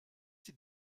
die